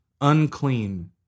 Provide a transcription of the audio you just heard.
unclean